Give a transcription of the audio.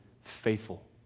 faithful